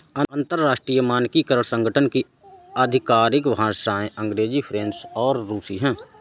अंतर्राष्ट्रीय मानकीकरण संगठन की आधिकारिक भाषाएं अंग्रेजी फ्रेंच और रुसी हैं